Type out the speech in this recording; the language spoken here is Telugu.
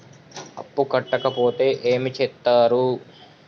అప్పు కట్టకపోతే ఏమి చేత్తరు?